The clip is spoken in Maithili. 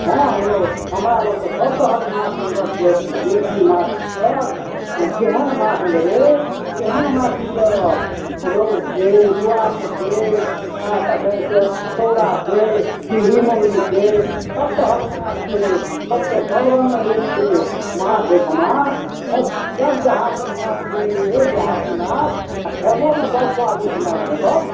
हँ यौ हमरा लग तऽ सब तरहक माछ मिलत दे देशी माछ सब आ जेहन माछ लेबै तेहन माछ मिलत रोहू छै बुआरी छै आ तखनि से चौरा छै सिंघी मोगरी छै सब तरहक माछ छै सबके सब रङ्गमे रेट छै माछ एहिठमा बड़ सुन्दर देहातक माछ मिलैए देहाती माछ आ खयबो ने बड़ स्वादिष्ट माछ भेटत